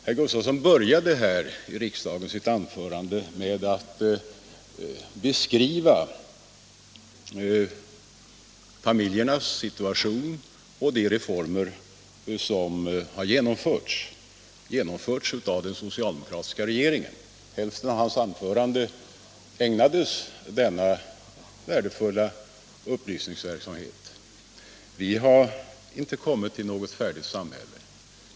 Herr Gustavsson började sitt anförande med att beskriva familjernas situation och de reformer som har genomförts av den socialdemokratiska regeringen. Hälften av hans anförande ägnades åt denna värdefulla upplysningsverksamhet. Vi har inte uppnått något färdigt samhälle.